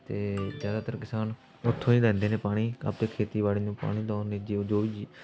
ਅਤੇ ਜ਼ਿਆਦਾਤਰ ਕਿਸਾਨ ਉੱਥੋਂ ਹੀ ਲੈਂਦੇ ਨੇ ਪਾਣੀ ਆਪੇ ਖੇਤੀਬਾੜੀ ਨੂੰ ਪਾਣੀ ਦਾ ਉਹ ਨਿੱਜੀ